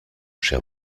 cher